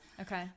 Okay